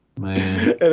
Man